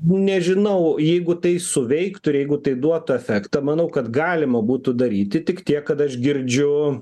nežinau jeigu tai suveiktų ir jeigu tai duotų efektą manau kad galima būtų daryti tik tiek kad aš girdžiu